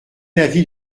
l’avis